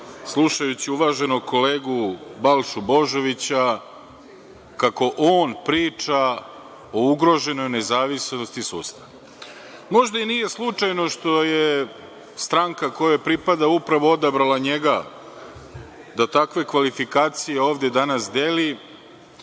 slušajući uvaženog kolegu Balšu Božovića, kako on priča o ugroženoj nezavisnosti sudstva. Možda i nije slučajno što je stranka kojoj pripada upravo odabrala njega da takve kvalifikacije ovde danas deli,